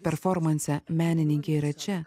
performanse menininkė yra čia